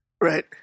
Right